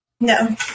No